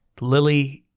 Lily